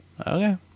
Okay